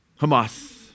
Hamas